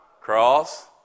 cross